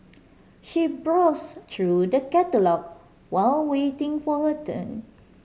she browsed through the catalogue while waiting for her turn